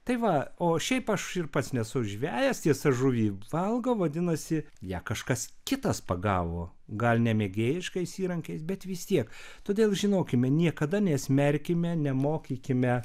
tai va o šiaip aš ir pats nesu žvejas tiesa žuvį valgau vadinasi ją kažkas kitas pagavo gal nemėgėjiškais įrankiais bet vis tiek todėl žinokime niekada nesmerkime nemokykime